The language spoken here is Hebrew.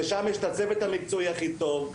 ששם יש את הצוות המקצועי הכי טוב,